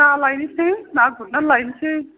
ना लायनोसै ना गुरनानै लायनोसै